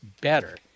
better